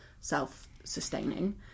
self-sustaining